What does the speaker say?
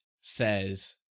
says